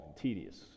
tedious